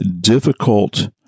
difficult